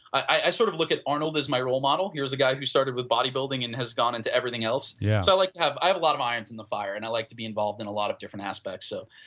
i i sort of look at arnold as my role model, he was the guy who started with body building and has gone into everything else yeah so, i to like have i have a lot of iron in the fire and i like to be involved in lot of different aspect so,